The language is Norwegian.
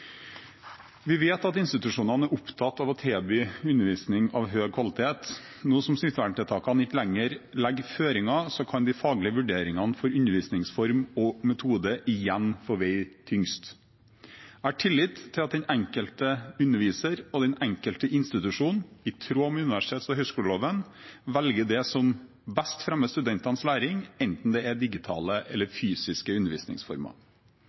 Vi vet at institusjonene er opptatt av å tilby undervisning av høy kvalitet. Nå som smitteverntiltakene ikke lenger legger føringer, kan de faglige vurderingene for undervisningsform og metode igjen få veie tyngst. Jeg har tillit til at den enkelte underviser og den enkelte institusjon i tråd med universitets- og høyskoleloven